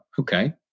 Okay